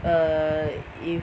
err if